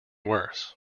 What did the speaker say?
worse